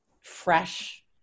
fresh